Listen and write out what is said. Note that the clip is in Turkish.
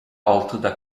altıda